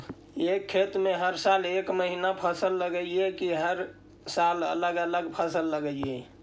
एक खेत में हर साल एक महिना फसल लगगियै कि हर साल अलग अलग फसल लगियै?